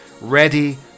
ready